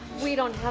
we don't have